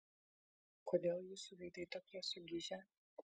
kodėl jūsų veidai tokie sugižę